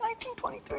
1923